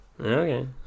okay